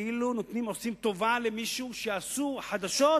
כאילו עושים טובה למישהו, שיעשו חדשות